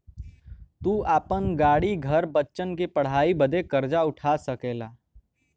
तू आपन घर, गाड़ी, बच्चन के पढ़ाई बदे कर्जा उठा सकला